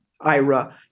IRA